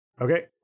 Okay